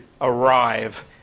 arrive